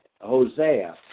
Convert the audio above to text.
Hosea